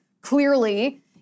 clearly